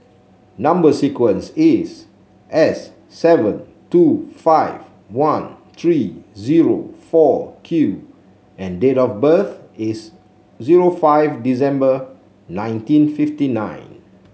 number sequence is S seven two five one three zero four Q and date of birth is zero five December nineteen fifty nine